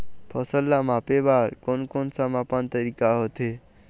फसल ला मापे बार कोन कौन सा मापन तरीका होथे?